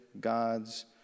God's